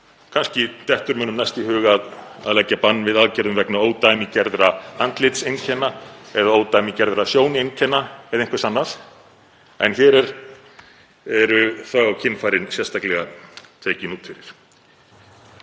Kannski dettur mönnum næst í hug að leggja bann við aðgerðum vegna ódæmigerðra andlitseinkenna eða ódæmigerðra sjóneinkenna eða einhvers annars, en hér eru þvag- og kynfærin sérstaklega tekin út fyrir.